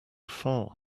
far